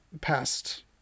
past